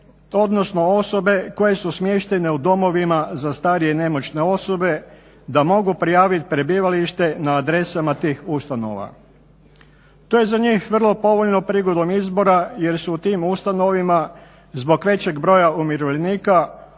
odnosno osobe koje su smještene u domovima za starije i nemoćne osobe da mogu prijaviti prebivalište na adresama tih ustanova. To je za njih vrlo povoljno prigodom izbora jer su u tim ustanovama zbog većeg broja umirovljenika uglavnom